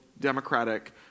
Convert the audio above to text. democratic